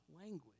language